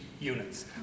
units